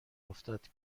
افتد